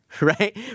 right